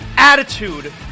Attitude